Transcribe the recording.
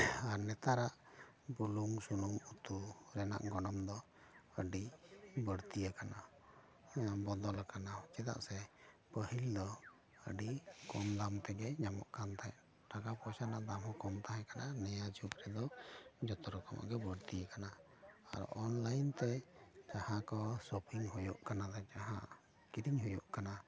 ᱟᱨ ᱱᱮᱛᱟᱨᱟᱜ ᱵᱩᱞᱩᱝ ᱥᱩᱱᱩᱢ ᱩᱛᱩ ᱨᱮᱱᱟᱜ ᱜᱚᱱᱚᱝ ᱫᱚ ᱟᱹᱰᱤ ᱵᱟᱹᱲᱛᱤ ᱟᱠᱟᱱᱟ ᱵᱚᱫᱚᱞ ᱟᱠᱟᱱᱟ ᱪᱮᱫᱟᱜ ᱥᱮ ᱯᱟᱹᱦᱤᱞ ᱫᱚ ᱟᱹᱰᱤ ᱠᱚᱢ ᱫᱟᱢ ᱛᱮᱜᱮ ᱧᱟᱢᱚᱜ ᱠᱟᱱ ᱛᱟᱦᱮᱸᱫ ᱴᱟᱠᱟ ᱯᱚᱭᱥᱟ ᱨᱮᱱᱟᱜ ᱫᱟᱢ ᱦᱚᱸ ᱠᱚᱢ ᱛᱟᱦᱮᱸ ᱠᱟᱱᱟ ᱱᱤᱭᱟᱹ ᱡᱩᱜ ᱨᱮᱫᱚ ᱡᱚᱛᱚ ᱨᱚᱠᱚᱢᱟᱜ ᱜᱮ ᱵᱟᱹᱲᱛᱤ ᱟᱠᱟᱱᱟ ᱟᱨ ᱚᱱᱞᱟᱭᱤᱱ ᱛᱮ ᱡᱟᱦᱟᱸ ᱠᱚ ᱥᱳᱯᱤᱝ ᱦᱩᱭᱩᱜ ᱠᱟᱱᱟ ᱡᱟᱦᱟᱸ ᱠᱤᱨᱤᱧ ᱦᱩᱭᱩᱜ ᱠᱟᱱᱟ